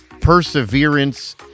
perseverance